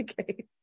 Okay